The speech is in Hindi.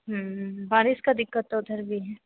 बारिश की दिक्कत तो उधर भी है